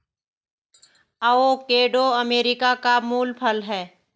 avocado America का मूल फल है